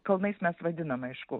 kalnais mes vadinam aišku